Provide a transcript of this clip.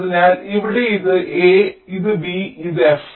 അതിനാൽ ഇവിടെ ഇത് a ഇത് b ഇത് f